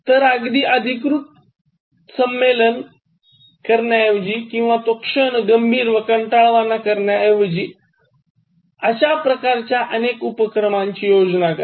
तर अगदी अधिकृत संमेलने करण्याऐवजी किंवा तो क्षण गंभीर व कंटाळवाणा करण्याऐवजी अशा प्रकारच्या अनेक उपक्रमांची योजना करा